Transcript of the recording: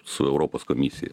su europos komisija